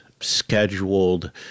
scheduled